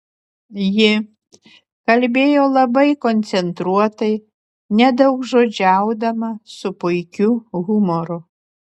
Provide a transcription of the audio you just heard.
ji kalbėjo labai koncentruotai nedaugžodžiaudama su puikiu humoru